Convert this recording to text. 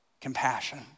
compassion